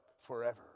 forever